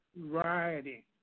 rioting